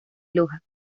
loja